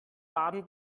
baden